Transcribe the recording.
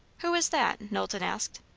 who is that? knowlton asked.